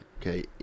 Okay